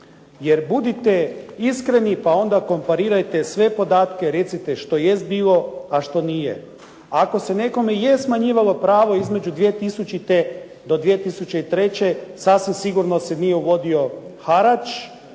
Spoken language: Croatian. jer budite iskreni pa onda komparirajte sve podatke, recite što jest bilo a što nije. Ako se nekome je smanjivalo pravo između 2000. do 2003. sasvim sigurno se nije uvodio harač